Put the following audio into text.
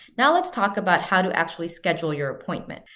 now let's talk about how to actually schedule your appointment.